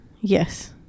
yes